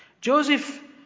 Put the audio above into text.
Joseph